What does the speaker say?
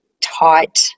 tight